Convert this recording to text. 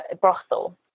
brothel